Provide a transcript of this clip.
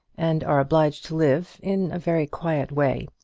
and are obliged to live in a very quiet way.